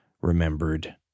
remembered